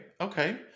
Okay